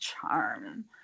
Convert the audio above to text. Charm